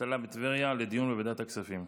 האבטלה בטבריה, לדיון בוועדת הכספים.